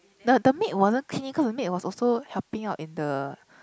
the the maid wasn't clinical the maid was also helping out in the